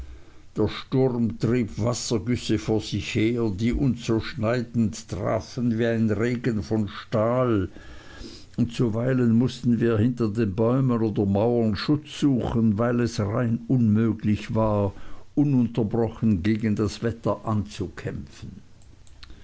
der sturm trieb wassergüsse vor sich her die uns so schneidend trafen wie ein regen von stahl und zuweilen mußten wir hinter bäumen oder mauern schutz suchen weil es rein unmöglich war ununterbrochen gegen das unwetter anzukämpfen